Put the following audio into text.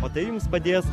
o tai jums padės